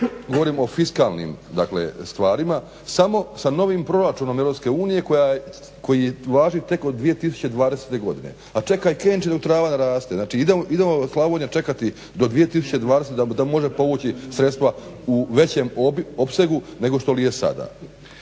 govorim o fiskalnim, dakle stvarima samo sa novim proračunom EU koji važi tek od 2020. godine. A čekaj "Kenčo dok trava naraste.", znači idemo Slavonija čekati do 2020. da može povući sredstva u većem opsegu nego što li je sada.